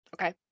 Okay